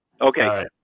okay